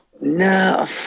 No